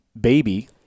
baby